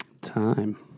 Time